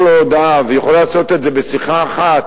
לו הודעה והיא יכולה לעשות את זה בשיחה אחת